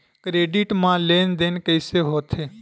Credit मा लेन देन कइसे होथे?